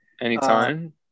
Anytime